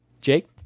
Jake